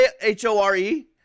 H-O-R-E